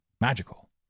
magical